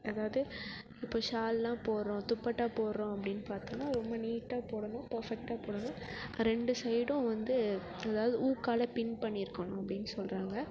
அதாவது இப்போ சால்லெலாம் போடுறோம் துப்பட்டா போடுறோம் அப்படின்னு பார்த்தோன்னா ரொம்ப நீட்டாக போடணும் பெர்ஃபெக்ட்டாக போடணும் ரெண்டு சைடும் வந்து அதாவது ஊக்கால் பின் பண்ணியிருக்கணும் அப்படின்னு சொல்லுறாங்க